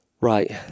right